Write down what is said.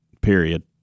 period